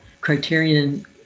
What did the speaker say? Criterion